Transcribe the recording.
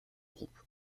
groupe